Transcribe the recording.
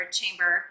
chamber